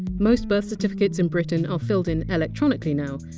most birth certificates in britain are filled in electronically now,